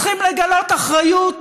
צריכים לגלות אחריות,